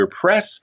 press